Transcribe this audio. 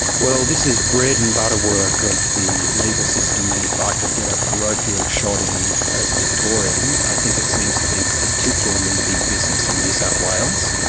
well, this is bread-and-butter work of the legal system. and if i could get a parochial shot in as a victorian, i think it seems to be particularly big business in new south wales.